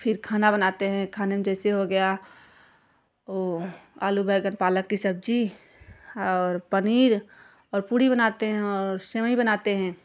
फ़िर खाना बनाते हैं खाने में जैसे हो गया आलू बैंगन पालक की सब्ज़ी और पनीर और पूड़ी बनाते हैं और सेवई बनाते हैं